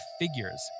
figures